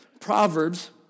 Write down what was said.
Proverbs